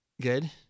Good